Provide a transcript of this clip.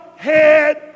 Head